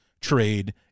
trade